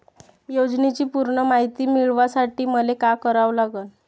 योजनेची पूर्ण मायती मिळवासाठी मले का करावं लागन?